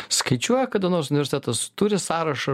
skaičiuoja kada nors universitetas turi sąrašą